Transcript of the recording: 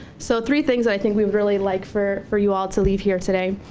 so three things i think we'd really like for for you all to leave here today.